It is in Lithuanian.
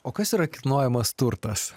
o kas yra kilnojamas turtas